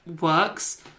works